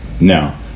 now